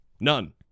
None